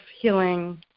healing